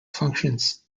functions